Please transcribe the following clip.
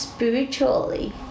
Spiritually